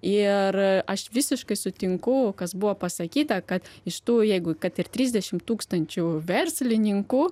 ir aš visiškai sutinku kas buvo pasakyta kad iš tų jeigu kad ir trisdešim tūkstančių verslininkų